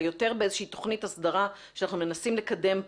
יותר באיזו שהיא תכנית הסדרה שאנחנו מנסים לקדם פה.